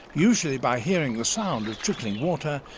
usually by hearing the sound of trickling water,